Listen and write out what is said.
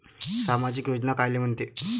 सामाजिक योजना कायले म्हंते?